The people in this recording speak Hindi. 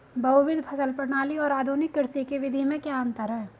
बहुविध फसल प्रणाली और आधुनिक कृषि की विधि में क्या अंतर है?